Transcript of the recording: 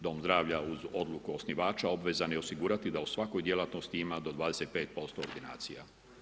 Dom zdravlja uz odluku osnivača obvezan je osigurati da uz svaku djelatnosti ima do 25% ordinacija.